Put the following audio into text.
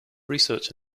research